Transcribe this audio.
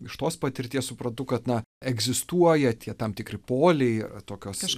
iš tos patirties suprantu kad na egzistuoja tie tam tikri poliai tokios